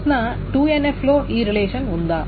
ప్రశ్న 2NF లో ఈ రిలేషన్ ఉందా